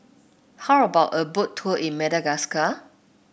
how about a Boat Tour in Madagascar